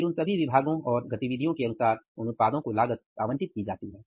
फिर उन सभी विभागों और गतिविधियों के अनुसार उन उत्पादों को लागत आवंटित की जाती है